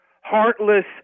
heartless